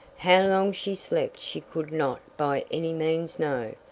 how long she slept she could not by any means know,